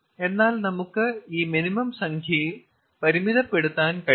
എന്നാൽ നമുക്ക് ഈ മിനിമം സംഖ്യയിൽ പരിമിതപ്പെടുത്താൻ കഴിയില്ല